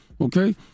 okay